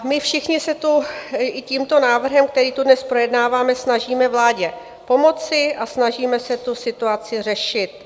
My všichni se tu i tímto návrhem, který tu dnes projednáváme, snažíme vládě pomoci a snažíme se tu situaci řešit.